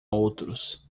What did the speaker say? outros